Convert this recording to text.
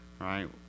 right